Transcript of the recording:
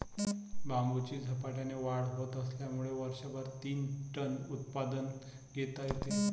बांबूची झपाट्याने वाढ होत असल्यामुळे वर्षभरात तीस टन उत्पादन घेता येते